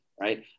right